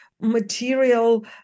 material